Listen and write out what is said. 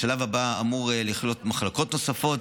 השלב הבא אמור לכלול מחלקות נוספות,